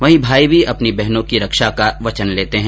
वहीं भाई भी अपनी बहनों की रक्षा का वचन लेते है